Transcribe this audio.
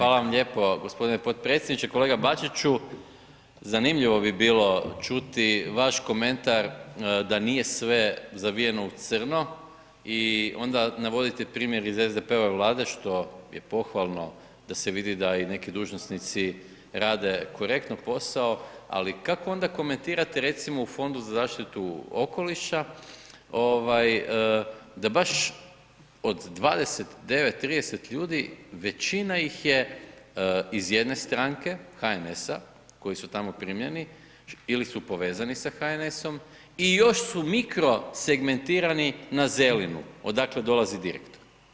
Hvala vam lijepo gospodine podpredsjedniče, kolega Bačiću zanimljivo bi bilo čuti vaš komentar da nije sve zavijeno u crno i onda navodite primjer iz SDP-ove Vlade što je pohvalno da se vidi da i neki dužnosnici rade korektno posao, ali kako onda komentirate recimo u Fondu za zaštitu okoliša ovaj da baš od 29, 30 ljudi većina ih je iz jedne stranke HNS-a koji su tamo primljeni ili su povezani sa HNS-om i još su mikrosegmentirani na Zelinu odakle dolazi direktor.